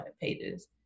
pages